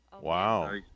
Wow